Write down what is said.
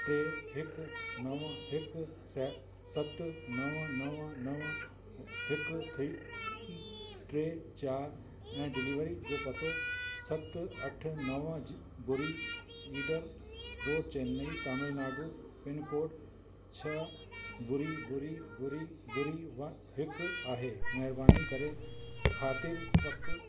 टे हिक नव हिक से सत नव नव नव हिक थ्री टे चारि ऐं डिलिवरी जो पतो सत अठ नव ज ॿुड़ी cedar road Chennai Tamil Nadu pin code छह ॿुड़ी ॿुड़ी ॿुड़ी ॿुड़ी वन हिकु आहे महिरबानी करे ख़ातिरु पकु